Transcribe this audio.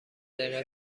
دقیقه